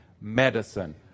medicine